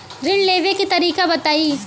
ऋण लेवे के तरीका बताई?